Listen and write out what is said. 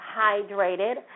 hydrated